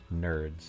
Nerds